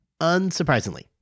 Unsurprisingly